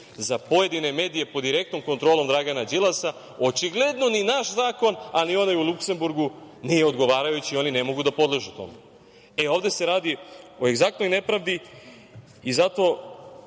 za pojedine medije pod direktnom kontrolom Dragana Đilasa očigledno ni naš zakon, a ni onaj u Luksemburgu nije odgovarajući. Oni ne mogu da podležu tome. Ovde se radi o egzaktnoj nepravdi i zato